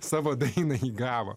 savo dainą įgavo